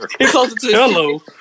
Hello